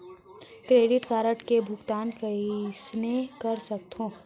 Credit card के भुगतान कईसने कर सकथो?